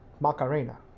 Macarena